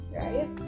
right